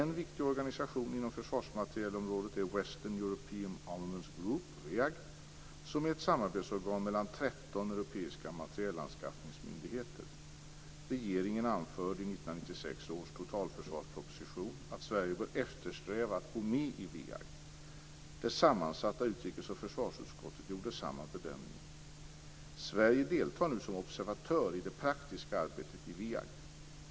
En viktig organisation inom försvarsmaterielområdet är Western European Armaments Group som är ett samarbetsorgan mellan 13 europeiska materielanskaffningsmyndigheter. Regeringen anförde i 1996 års totalförsvarsproposition att Sverige bör eftersträva att gå med i WEAG. Det sammansatta utrikes och försvarsutskottet gjorde samma bedömning. Sverige deltar nu som observatör i det praktiska arbetet i WEAG.